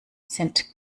sind